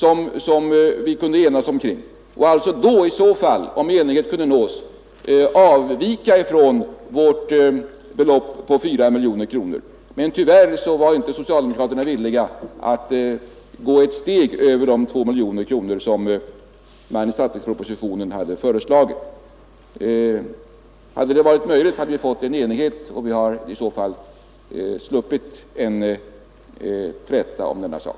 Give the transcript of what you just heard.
Om man inom utskottet hade kunnat enas om någonting sådant, så hade vi avstått från vårt yrkande om 4 miljoner kronor, men tyvärr var inte socialdemokraterna villiga att gå ett steg över de 2 miljoner kronor som föreslagits i statsverkspropositionen. Hade det varit möjligt att uppnå enighet i utskottet, så hade vi sluppit en träta om denna sak.